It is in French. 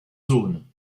zone